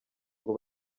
ngo